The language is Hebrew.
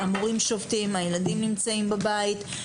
המורים שובתים, הילדים בנמצאים בבית.